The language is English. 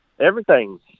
everything's